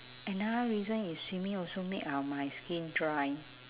another reason is swimming also make our my skin dry